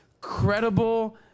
credible